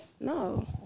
no